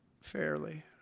fairly